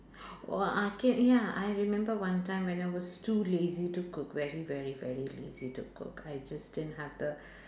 !wah! okay ya I remember one time when I was too lazy to cook very very very lazy to cook I just didn't have the